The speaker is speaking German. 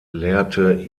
lehrte